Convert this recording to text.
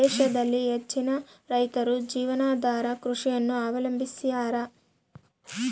ದೇಶದಲ್ಲಿ ಹೆಚ್ಚಿನ ರೈತರು ಜೀವನಾಧಾರ ಕೃಷಿಯನ್ನು ಅವಲಂಬಿಸ್ಯಾರ